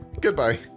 goodbye